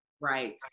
Right